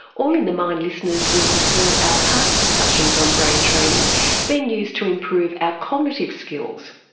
all in the mind listeners will have heard our past discussions on brain training being used to improve our cognitive skills.